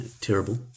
terrible